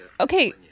Okay